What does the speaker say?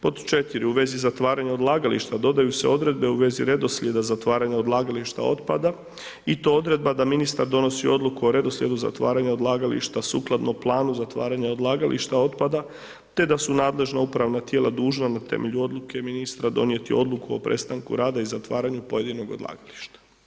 Pod 4. u vezi zatvaranja odlagališta dodaju se odredbe u vezi redoslijeda zatvaranja odlagališta otpada i to odredba da ministar donosi odluku o redoslijedu zatvaranja odlagališta sukladno planu zatvaranja odlagališta otpada te da su nadležna upravna tijela dužna na temelju odluke ministra donijeti odluku o prestanku rada i zatvaranju pojedinog odlagališta.